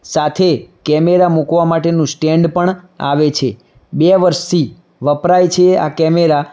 સાથે કેમેરા મૂકવા માટેનું સ્ટેન્ડ પણ આવે છે બે વર્ષથી વપરાય છે આ કેમેરા